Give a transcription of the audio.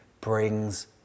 brings